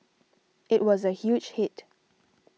it was a huge hit